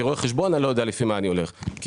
כרואה חשבון אני לא יודע לפי מה אני הולך כי